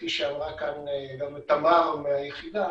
כפי שאמרה גם תמר מהיחידה,